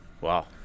Wow